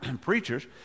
preachers